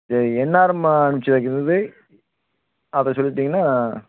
இது எந்நேரம்மா அனுப்பிச்சி வைக்கிறது அதை சொல்லிட்டீங்கன்னா